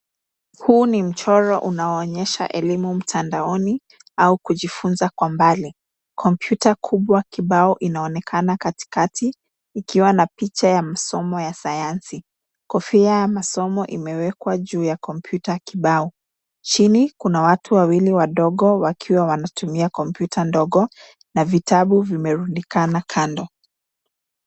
Huu ni mchoro unaoonyesha elimu mtandaoni au kujifunza kwa mbali. Kompyuta kubwa kibao inaonekana katikati ikiwa na picha ya msomo ya Sayansi. Kofia ya masomo imewekwa juu ya kompyuta kibao. Chini kuna watu wawili wadogo wakiwa wanatumia kompyuta ndogo na vitabu vimerundikana kando.